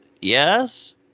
yes